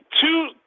two